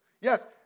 yes